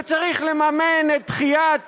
וצריך לממן את דחיית